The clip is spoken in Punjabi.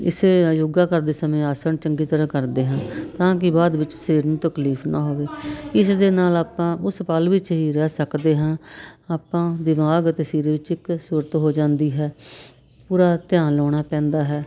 ਇਸੇ ਅਯੋਗਾ ਕਰਦੇ ਸਮੇਂ ਆਸਣ ਚੰਗੀ ਤਰ੍ਹਾਂ ਕਰਦੇ ਹਾਂ ਤਾਂ ਕਿ ਬਾਅਦ ਵਿੱਚ ਸਰੀਰ ਨੂੰ ਤਕਲੀਫ ਨਾ ਹੋਵੇ ਇਸ ਦੇ ਨਾਲ ਆਪਾਂ ਉਸ ਪਲ ਵਿੱਚ ਹੀ ਰਹਿ ਸਕਦੇ ਹਾਂ ਆਪਾਂ ਦਿਮਾਗ ਅਤੇ ਸਰੀਰ ਵਿੱਚ ਇੱਕ ਸੁਰਤ ਹੋ ਜਾਂਦੀ ਹੈ ਪੂਰਾ ਧਿਆਨ ਲਾਉਣਾ ਪੈਂਦਾ ਹੈ